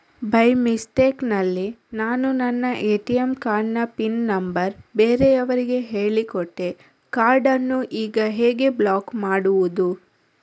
By mistake ನಲ್ಲಿ ನಾನು ನನ್ನ ಎ.ಟಿ.ಎಂ ಕಾರ್ಡ್ ನ ಪಿನ್ ನಂಬರ್ ಬೇರೆಯವರಿಗೆ ಹೇಳಿಕೊಟ್ಟೆ ಕಾರ್ಡನ್ನು ಈಗ ಹೇಗೆ ಬ್ಲಾಕ್ ಮಾಡುವುದು?